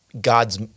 God's